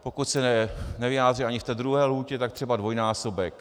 Pokud se nevyjádří ani v té druhé lhůtě, tak třeba dvojnásobek.